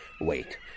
Wait